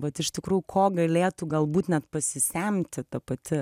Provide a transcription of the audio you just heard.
vat iš tikrųjų ko galėtų galbūt net pasisemti ta pati